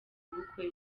ubukwe